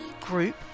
group